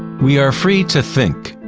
we are free to think,